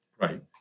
Right